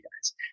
guys